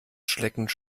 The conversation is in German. schleckend